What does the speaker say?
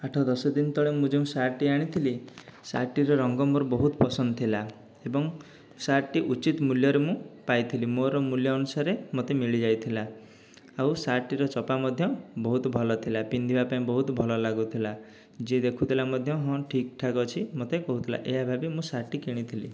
ଆଠ ଦଶ ଦିନ ତଳେ ମୁଁ ଯେଉଁ ସାର୍ଟଟି ଆଣିଥିଲି ସାର୍ଟଟିର ରଙ୍ଗ ମୋର ବହୁତ ପସନ୍ଦ ଥିଲା ଏବଂ ସାର୍ଟଟି ଉଚିତ ମୂଲ୍ୟରେ ମୁଁ ପାଇଥିଲି ମୋର ମୂଲ୍ୟ ଅନୁସାରେ ମୋତେ ମିଲିଯାଇଥିଲା ଆଉ ସାର୍ଟଟିର ଚପା ମଧ୍ୟ ବହୁତ ଭଲ ଥିଲା ପିନ୍ଧିବା ପାଇଁ ବହୁତ ଭଲ ଲାଗୁଥିଲା ଯିଏ ଦେଖୁଥିଲା ମଧ୍ୟ ହଁ ଠିକ୍ଠାକ୍ ଅଛି ମୋତେ କହୁଥିଲା ଏହା ଭାବି ମୁଁ ସାର୍ଟଟି କିଣିଥିଲି